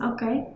Okay